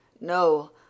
No